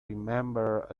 remember